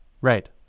Right